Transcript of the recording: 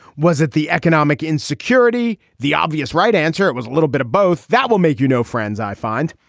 was it the economic insecurity the obvious right answer it was a little bit of both. that will make you know friends i find.